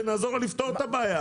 שנעזור לו לפתור את הבעיה.